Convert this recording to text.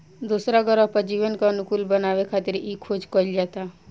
दोसरा ग्रह पर जीवन के अनुकूल बनावे खातिर इ खोज कईल जाता